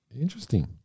Interesting